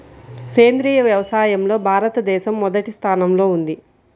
సేంద్రీయ వ్యవసాయంలో భారతదేశం మొదటి స్థానంలో ఉంది